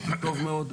טוב מאוד,